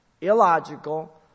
illogical